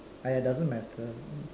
!aiya! doesn't matter